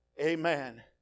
Amen